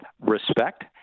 respect